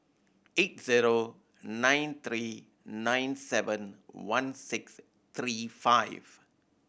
eight zero nine three nine seven one six three five